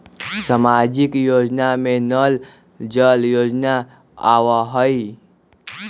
सामाजिक योजना में नल जल योजना आवहई?